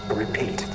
repeat